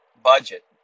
budget